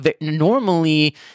normally